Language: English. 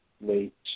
late